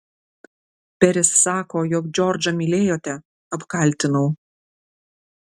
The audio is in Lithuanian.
peris sako jog džordžą mylėjote apkaltinau